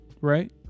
right